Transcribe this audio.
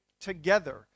together